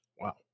Wow